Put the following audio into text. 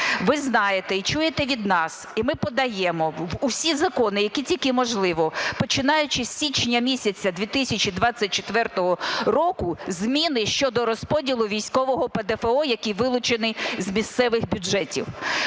Ви знаєте і чуєте від нас, і ми подаємо у всі закони, які тільки можливо, починаючи з січня місяця 2024 року, зміни щодо розподілу військового ПДФО, який вилучений з місцевих бюджетів.